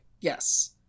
Yes